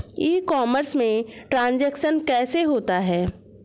ई commerce में transaction कैसे होता है?